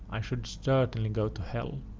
i should certainly go to hell.